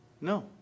No